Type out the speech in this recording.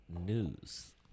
news